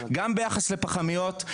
גם ביחס לפחמיות,